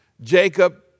Jacob